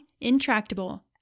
intractable